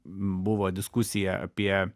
buvo diskusija apie